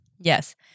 Yes